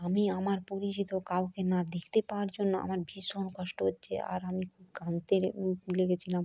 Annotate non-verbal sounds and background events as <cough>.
আমি আমার পরিচিত কাউকে না দেখতে পাওয়ার জন্য আমার ভীষণ কষ্ট হচ্ছে আর আমি কাঁদতে <unintelligible> গেছিলাম